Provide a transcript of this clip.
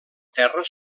terra